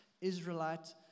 Israelite